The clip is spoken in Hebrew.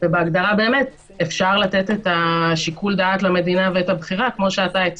ובהגדרה אפשר לתת את שיקול הדעת למדינה ואת הבחירה,